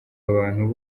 abantu